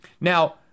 Now